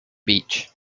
beach